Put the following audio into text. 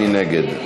מי נגד?